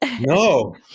No